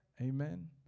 Amen